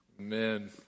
Amen